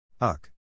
Uck